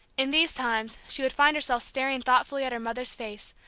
in these times she would find herself staring thoughtfully at her mother's face,